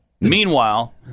Meanwhile